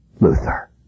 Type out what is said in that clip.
Luther